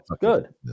good